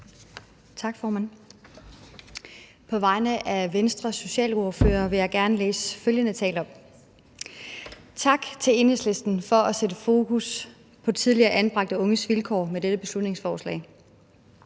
Tak, formand. På vegne af Venstres socialordfører vil jeg gerne læse følgende tale op: Tak til Enhedslisten for at sætte fokus på tidligere anbragte unges vilkår med dette beslutningsforslag.